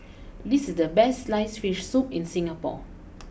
this is the best sliced Fish Soup in Singapore